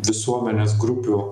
visuomenės grupių